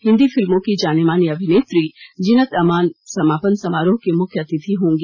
हिंदी फिल्मों की जानीमानी अभिनेत्री जीनत अमान समापन समारोह की मुख्य अतिथि होंगी